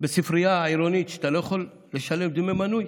בספרייה העירונית, שאתה לא יכול לשלם דמי מנוי?